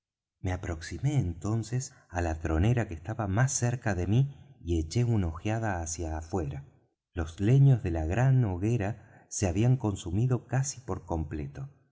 me aproximé entonces á la tronera que estaba más cerca de mí y eché una ojeada hacia afuera los leños de la grande hoguera se habían consumido casi por completo